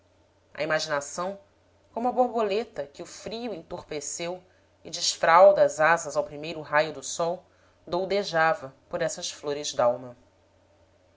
a imaginação como a borboleta que o frio entorpeceu e desfralda as asas ao primeiro raio do sol doudejava por essas flores dalma